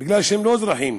בגלל שהם לא אזרחים,